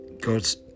God's